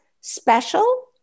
special